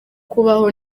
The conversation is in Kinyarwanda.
kubaho